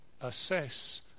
assess